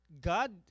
God